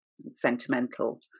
sentimental